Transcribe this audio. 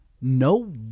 no